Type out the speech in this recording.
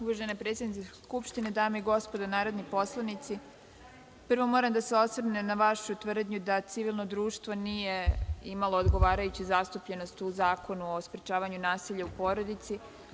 Uvažena predsednice Skupštine, dame i gospodo narodni poslanici, prvo moram da se osvrnem na vašu tvrdnju da civilno društvo nije imalo odgovarajuću zastupljenost u Zakonu o sprečavanju nasilja u porodici.